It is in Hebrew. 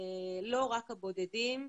לא רק הבודדים,